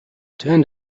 turned